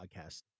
podcast